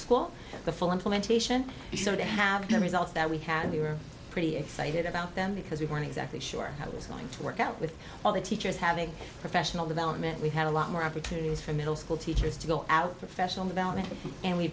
school the full implementation so to have the results that we had we were pretty excited about them because we weren't exactly sure how it was going to work out with all the teachers having professional development we had a lot more opportunities for middle school teachers to go out professional development and we